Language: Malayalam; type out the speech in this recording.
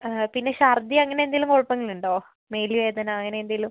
പിന്നെ ഛർദി അങ്ങനെ എന്തെങ്കിലും കുഴപ്പങ്ങൾ ഉണ്ടോ മേല് വേദന അങ്ങനെ എന്തെങ്കിലും